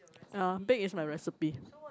uh bake is my recipe